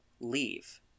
leave